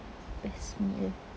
best meal